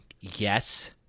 yes